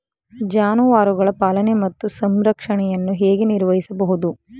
ಜಾನುವಾರುಗಳ ಪಾಲನೆ ಮತ್ತು ಸಂರಕ್ಷಣೆಯನ್ನು ಹೇಗೆ ನಿರ್ವಹಿಸಬಹುದು?